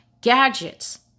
gadgets